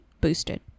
boosted